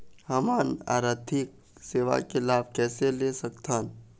हमन आरथिक सेवा के लाभ कैसे ले सकथन?